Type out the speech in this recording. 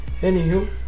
Anywho